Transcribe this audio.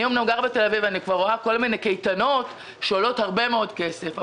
אני גרה בתל אביב ורואה כל מיני קייטנות שעולות הרבה מאוד כסף.